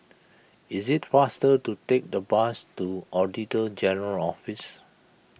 it is faster to take the bus to Auditor General's Office